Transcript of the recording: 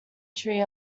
tree